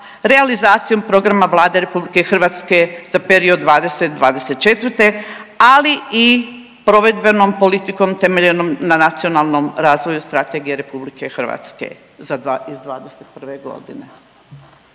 realizacijom programa Vlade RH za period '20.-'24., ali i provedbenom politikom temeljenom na nacionalnom razvoju strategije RH za, iz '21. godine.